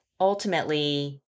ultimately